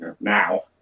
now